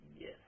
yes